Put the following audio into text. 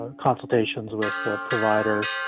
ah consultations with the provider.